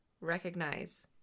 recognize